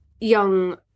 young